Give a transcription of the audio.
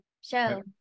show